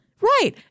Right